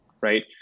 Right